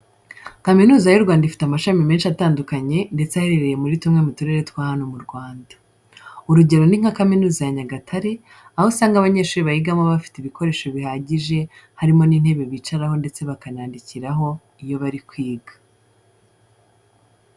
Kaminuza y'u Rwanda ifite amashami menshi atandukanye ndetse aherereye muri tumwe mu turere twa hano mu Rwanda. Urugero ni nka Kaminuza ya Nyagatare, aho usanga abanyeshuri bayigamo baba bafite ibikoresho bihagije harimo nk'intebe bicaraho ndetse bakanandikiraho iyo bari kwiga.